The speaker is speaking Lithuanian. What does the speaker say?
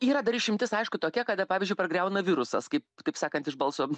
yra dar išimtis aišku tokia kada pavyzdžiui pargriauna virusas kaip taip sakant iš balso